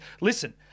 Listen